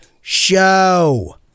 show